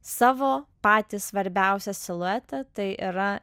savo patį svarbiausią siluetą tai yra